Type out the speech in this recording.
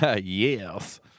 Yes